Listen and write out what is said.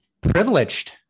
privileged